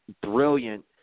brilliant